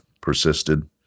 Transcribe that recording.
persisted